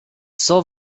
cent